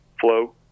Flow